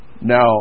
Now